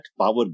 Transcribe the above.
power